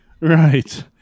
right